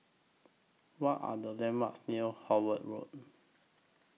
What Are The landmarks near Howard Road